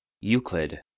Euclid